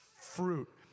fruit